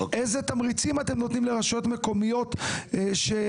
אילו תמריצים אתם נותנים לרשויות מקומיות שיעודדו